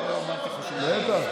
לא אמרתי לך שום דבר.